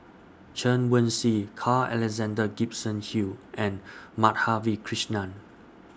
Chen Wen Hsi Carl Alexander Gibson Hill and Madhavi Krishnan